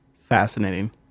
Fascinating